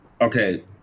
Okay